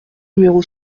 numéro